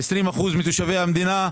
20 אחוזים מתושבי המדינה,